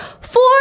four